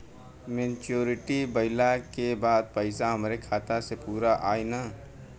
Maturity भईला के बाद पईसा हमरे खाता म पूरा आई न?